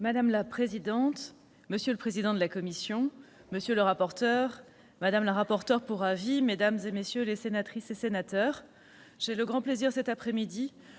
Madame la présidente, monsieur le président de la commission, monsieur le rapporteur, madame la rapporteure pour avis, mesdames, messieurs les sénateurs, j'ai le grand plaisir de vous